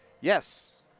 yes